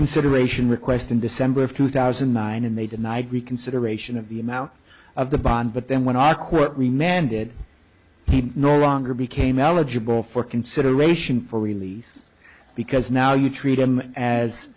consideration request in december of two thousand and nine and they denied reconsideration of the amount of the bond but then when i quote remained it no longer became eligible for consideration for release because now you treat them as